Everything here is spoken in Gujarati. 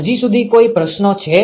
હજુ સુધી કોઇ પ્રશ્નો છે